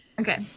okay